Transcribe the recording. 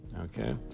okay